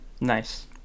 nice